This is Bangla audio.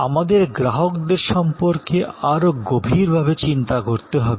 আমাদের গ্রাহকদের সম্পর্কে আরও গভীরভাবে চিন্তা করতে হবে